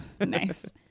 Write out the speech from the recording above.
Nice